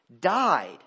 died